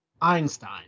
Einstein